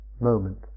moment